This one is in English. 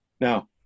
Now